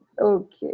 Okay